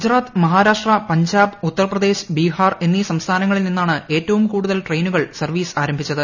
ഗുജറാത്ത് മഹാരാഷ്ട്ര പഞ്ചാബ് ഉത്തർ പ്രദ്ദേശ് ബിഹാർ എന്നീ സംസ്ഥാനങ്ങളിൽ നിന്നാണ് ഏറ്റവൂട്ട്ട് കൂടുതൽ ട്രെയിനുകൾ സർവ്വീസ് ആരംഭിച്ചത്